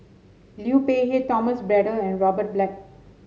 Liu Peihe Thomas Braddell and Robert Black